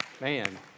Man